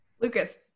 Lucas